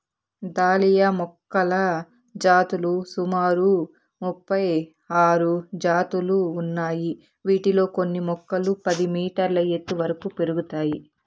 dahlia మొక్కల జాతులు సుమారు ముపై ఆరు జాతులు ఉన్నాయి, వీటిలో కొన్ని మొక్కలు పది మీటర్ల ఎత్తు వరకు పెరుగుతాయి